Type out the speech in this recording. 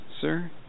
sir